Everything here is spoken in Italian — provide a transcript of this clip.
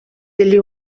degli